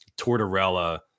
tortorella